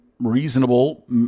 reasonable